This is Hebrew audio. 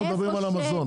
אנחנו מדברים על המזון.